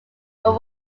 but